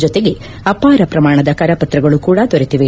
ಜೊತೆಗೆ ಅಪಾರ ಪ್ರಮಾಣದ ಕರಪತ್ರಗಳು ಕೂಡ ದೊರೆತಿವೆ